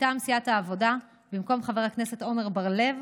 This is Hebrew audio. מטעם סיעת העבודה, במקום חבר הכנסת עמר בר לב